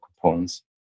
components